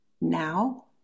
Now